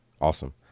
Awesome